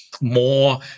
more